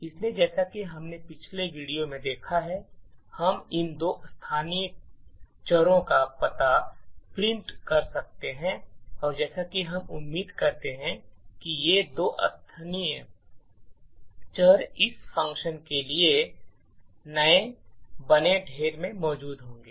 इसलिए जैसा कि हमने पिछले वीडियो में देखा है हम इन दो स्थानीय चरों का पता प्रिंट कर सकते हैं और जैसा कि हम उम्मीद करेंगे कि ये दो स्थानीय चर इस function के लिए नए बने ढेर में मौजूद होंगे